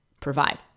provide